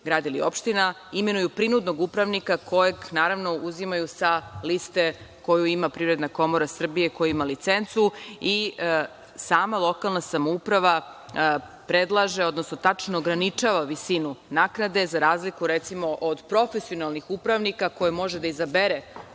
grad ili opština, imenuju prinudnog upravnika kojeg naravno uzimaju sa liste koju ima Privredna komora Srbije, koja ima licencu i sama lokalna samouprava predlaže, odnosno tačno ograničava visinu naknade za razliku recimo do profesionalnih upravnika koje može da izabere